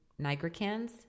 nigricans